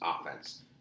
offense